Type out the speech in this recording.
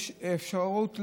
יש אפשרות לפתרונות?